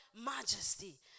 majesty